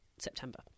September